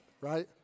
right